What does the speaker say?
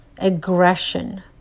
aggression